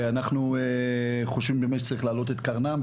ואנחנו חושבים באמת שצריך להעלות את קרנם,